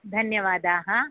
धन्यवादाः